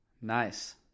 Nice